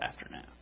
afternoon